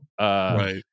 Right